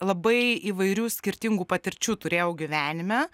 labai įvairių skirtingų patirčių turėjau gyvenime